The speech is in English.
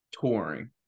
touring